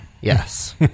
yes